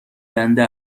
دنده